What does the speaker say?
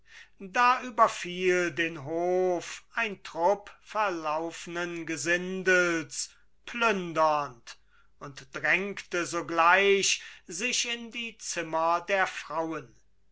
da überfiel den hof ein trupp verlaufnen gesindels plündernd und drängte sogleich sich in die zimmer der frauen